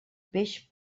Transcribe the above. peix